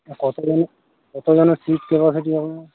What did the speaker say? হ্যাঁ কতোজন কতোজনের সিট ক্যাপাসিটি আপনার